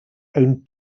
owned